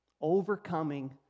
overcoming